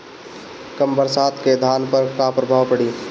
कम बरसात के धान पर का प्रभाव पड़ी?